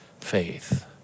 faith